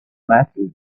matthew